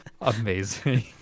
amazing